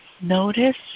notice